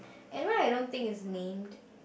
and why I don't think it is named